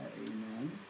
Amen